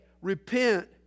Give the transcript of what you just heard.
Repent